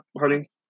honey